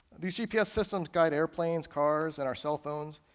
these gps systems guide airplanes, cars, and our cell phones,